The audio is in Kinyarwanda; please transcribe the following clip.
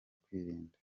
kwirinda